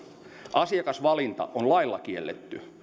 asiakasvalinta on lailla kielletty